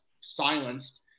silenced